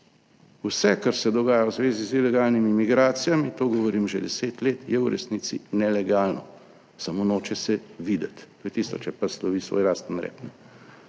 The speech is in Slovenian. Vse, kar se dogaja v zvezi z ilegalnimi migracijami, to govorim že deset let, je v resnici nelegalno, samo noče se videti. To je tisto, če pes lovi svoj lasten rep,